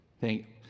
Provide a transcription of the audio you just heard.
Thank